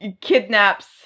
kidnaps